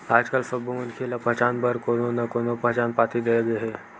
आजकाल सब्बो मनखे ल पहचान बर कोनो न कोनो पहचान पाती दे गे हे